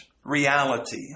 Reality